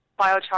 biochar